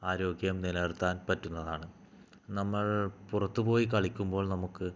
ആരോഗ്യം നില നിർത്താൻ പറ്റുന്നതാണ് നമ്മൾ പുറത്തു പോയി കളിക്കുമ്പോൾ നമുക്ക്